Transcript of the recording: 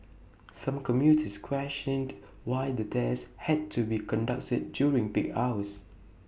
some commuters questioned why the tests had to be conducted during peak hours